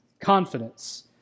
confidence